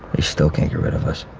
still can't get rid of us.